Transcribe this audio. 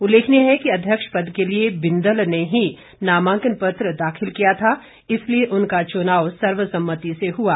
उल्लेखनीय है कि अध्यक्ष पद के लिए बिंदल ने ही नामांकन पत्र दाखिल किया था इसलिए उनका चुनाव सर्वसम्मति से हुआ